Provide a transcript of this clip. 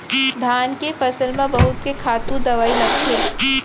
धान के फसल म बहुत के खातू दवई लगथे